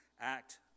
act